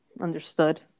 Understood